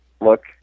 look